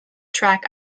track